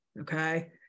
okay